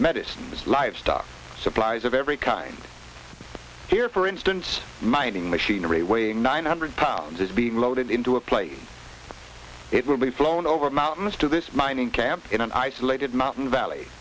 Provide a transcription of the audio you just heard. medicines livestock supplies of every kind here for instance mining machinery weighing nine hundred pounds is being loaded into a plane it will be flown over mountains to this mining camp in an isolated mountain valley